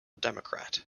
democrat